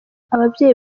ababyeyi